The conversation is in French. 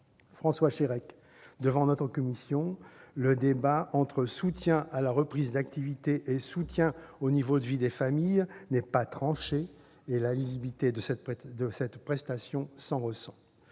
en son temps devant notre commission, le débat entre soutien à la reprise d'activité et soutien au niveau de vie des familles n'est pas tranché et la lisibilité de cette prestation s'en ressent.